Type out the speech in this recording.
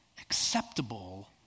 acceptable